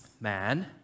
man